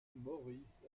morris